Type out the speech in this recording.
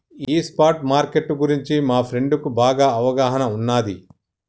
ఈ spot market గురించి మా ఫ్రెండుకి బాగా అవగాహన ఉన్నాది